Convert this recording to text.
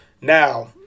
now